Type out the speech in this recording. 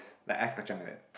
like ice kacang like that